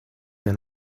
per